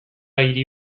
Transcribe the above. hiri